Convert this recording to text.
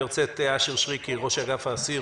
אני רוצה לשמוע את אשר שריקי, ראש אגף האסיר